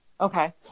Okay